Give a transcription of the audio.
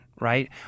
right